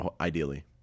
ideally